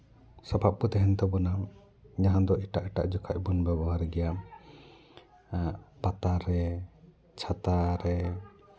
ᱥᱟᱯᱟᱯ ᱠᱚ ᱛᱟᱦᱮᱱ ᱛᱟᱵᱚᱱᱟ ᱡᱟᱦᱟᱸ ᱫᱚ ᱮᱴᱟᱜ ᱮᱴᱟᱜ ᱡᱚᱠᱷᱚᱡ ᱵᱚᱱ ᱵᱮᱵᱚᱦᱟᱨ ᱜᱮᱭᱟ ᱯᱟᱛᱟᱨᱮ ᱪᱷᱟᱛᱟᱨᱮ